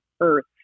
Earth